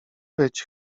być